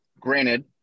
granted